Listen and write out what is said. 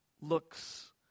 looks